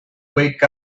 wake